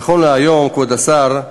נכון להיום, כבוד השר,